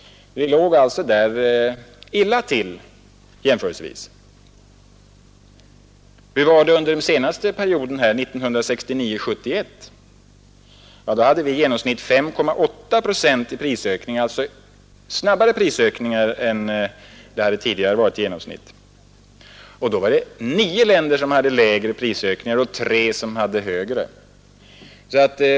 Vi låg alltså där jämförelsevis illa till. Under perioden 1969—1971 hade vi 5,8 procent i genomsnittliga prisstegringar per år, dvs. en snabbare stegringstakt än tidigare. Det var nio OECD länder som hade lägre och tre som hade högre prisstegring.